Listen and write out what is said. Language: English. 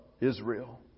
Israel